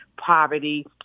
poverty